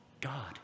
God